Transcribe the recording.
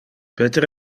peter